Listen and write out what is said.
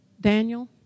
Daniel